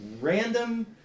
random